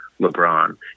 LeBron